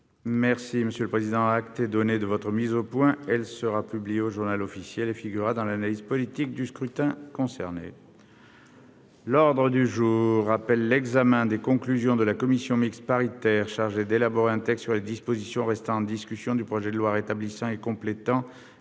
souhaitait s'abstenir. Acte vous est donné de votre mise au point, mon cher collègue. Elle sera publiée au et figurera dans l'analyse politique du scrutin. L'ordre du jour appelle l'examen des conclusions de la commission mixte paritaire chargée d'élaborer un texte sur les dispositions restant en discussion du projet de loi rétablissant et complétant